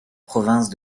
province